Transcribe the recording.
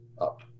up